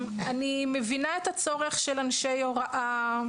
אני מבינה את הצורך של אנשי הוראה,